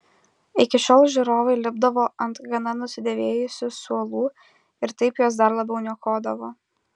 iki šiol žiūrovai lipdavo ant gana nusidėvėjusių suolų ir taip juos dar labiau niokodavo